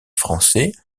français